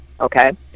okay